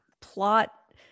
plot